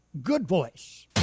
Goodvoice